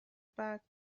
back